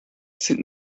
sind